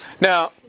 Now